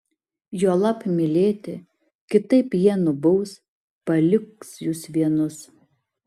juolab mylėti kitaip jie nubaus paliks jus vienus